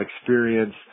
experience